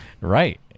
Right